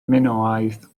minoaidd